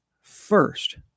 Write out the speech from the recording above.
first